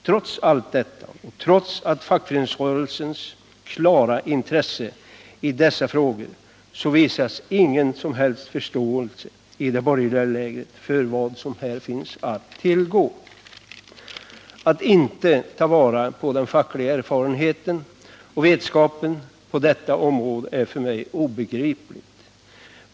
Trots allt detta, trots fackföreningsrörelsens klara intresse i dessa frågor, visas ingen som helst förståelse i det borgerliga lägret för vad som här finns att tillgå. Att man inte tar vara på den fackliga erfarenheten och vetskapen på detta område är för mig obegripligt.